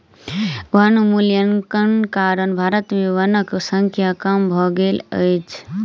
वनोन्मूलनक कारण भारत में वनक संख्या कम भ गेल अछि